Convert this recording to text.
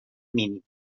mínim